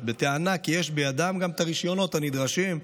בטענה כי יש בידם גם את הרישיונות הנדרשים,